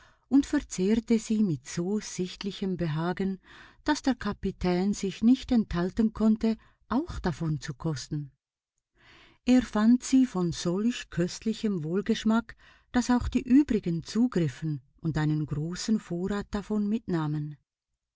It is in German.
und verzehrte sie mit so sichtlichem behagen daß der kapitän sich nicht enthalten konnte auch davon zu kosten er fand sie von solch köstlichem wohlgeschmack daß auch die übrigen zugriffen und einen großen vorrat davon mitnahmen